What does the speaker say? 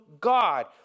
God